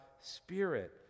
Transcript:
Spirit